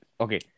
okay